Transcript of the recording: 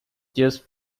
just